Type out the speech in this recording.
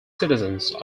citizen